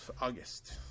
August